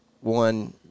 one